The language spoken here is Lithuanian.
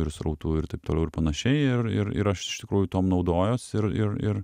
ir srautų ir taip toliau ir panašiai ir ir ir aš iš tikrųjų tuom naudojuos ir ir ir